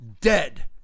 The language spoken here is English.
dead